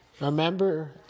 Remember